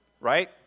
Right